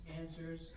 answers